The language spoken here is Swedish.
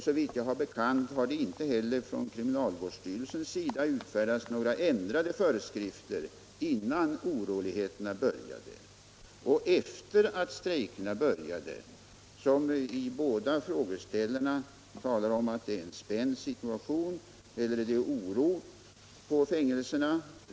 Såvitt jag har mig bekant har inte heller kriminalvårdsstyrelsen utfärdat några ändrade föreskrifter innan oroligheterna började. Frågeställarna talar om en spänd situation och oro på fängelserna.